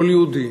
כל יהודי